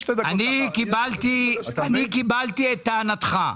קיבלתי את טענתך.